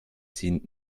sie